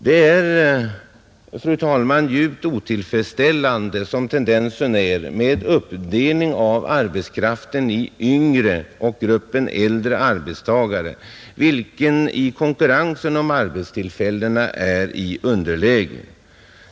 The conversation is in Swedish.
Det är, fru talman, djupt otillfredsställande, som tendensen är, med uppdelning av arbetskraften i yngre och äldre arbetstagare, varvid den senare gruppen i konkurrensen om arbetstillfällena är i underläge.